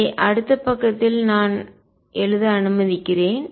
இதை அடுத்த பக்கத்தில் எழுத அனுமதிக்கிறேன்